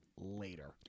later